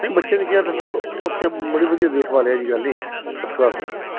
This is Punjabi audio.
ਨਹੀਂ ਬੱਚੇ ਦੀ ਕੇਅਰ ਤੁਹਾਡੇ ਨਾਲੋਂ ਉੱਥੇ ਬੜੀ ਵਧੀਆ ਦੇਖ ਭਾਲ ਐ ਇਹੋ ਜਿਹੀ ਗੱਲ ਨੀ ਹੈਗੀ ਫਸਟ ਕਲਾਸ ਐ ਉੱਥੇ